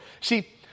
See